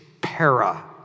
para